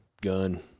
gun